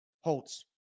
Holtz